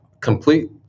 complete